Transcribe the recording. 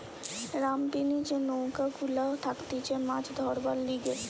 রামপিনি যে নৌকা গুলা থাকতিছে মাছ ধরবার লিগে